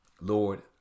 Lord